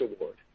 Award